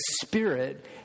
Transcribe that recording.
Spirit